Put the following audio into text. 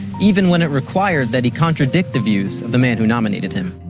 even when it required that he contradict the views of the man who nominated him.